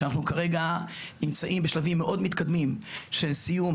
אנחנו כרגע נמצאים בשלבים מאוד מתקדמים של סיום